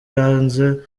yanze